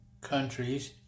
countries